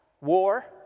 War